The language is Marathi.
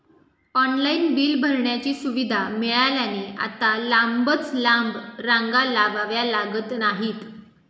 ऑनलाइन बिल भरण्याची सुविधा मिळाल्याने आता लांबच लांब रांगा लावाव्या लागत नाहीत